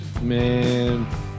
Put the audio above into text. Man